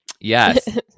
yes